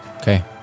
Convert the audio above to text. Okay